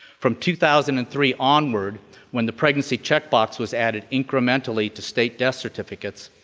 from two thousand and three onward when the pregnancy checkbox was added incrementally to state death certificates,